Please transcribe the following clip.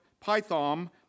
python